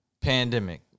Pandemic